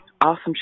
awesome